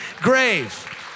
grave